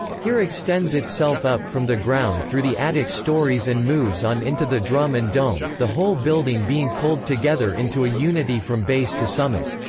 here extends itself up from the ground through the attic stories and moves on into the drum and dome, the whole building being pulled together into a unity from base to summit.